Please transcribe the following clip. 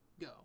go